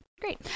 Great